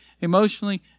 emotionally